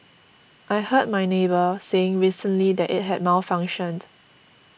I heard my neighbour saying recently that it had malfunctioned